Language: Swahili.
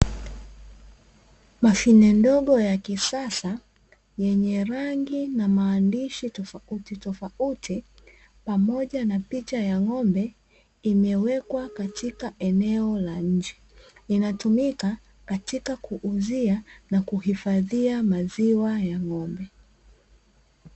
Mashine ndogo ya kisasa, yenye rangi na maandishi tofauti tofauti, pamoja na picha ya ng’ombe imewekwa katika eneo la nje, inatumika katika kuuzia na kuhifadhia maziwa ya ng’ombe.